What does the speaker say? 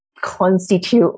constitute